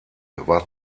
war